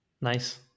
Nice